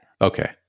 Okay